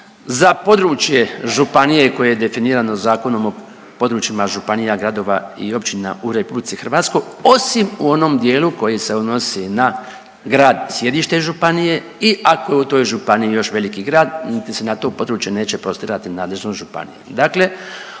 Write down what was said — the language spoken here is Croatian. za područje županije koje je definirano Zakonom o područjima županija, gradova i općina u RH osim u onom dijelu koji se odnosi na grad sjedište županije i ako je u toj županiji još veliki grad niti se na to područje neće prostirati nadležnost županije.